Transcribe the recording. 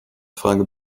frage